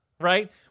right